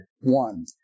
One